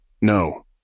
No